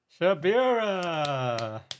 Shabira